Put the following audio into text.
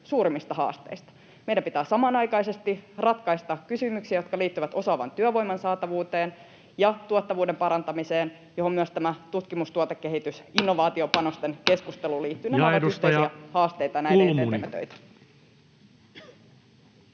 suurimmista haasteista. Meidän pitää samanaikaisesti ratkaista kysymyksiä, jotka liittyvät osaavan työvoiman saatavuuteen ja tuottavuuden parantamiseen, johon myös tämä keskustelu tutkimus-, tuotekehitys- ja innovaatiopanostuksista liittyy. Nämä ovat yhteisiä haasteita, ja näiden eteen teemme töitä.